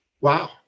wow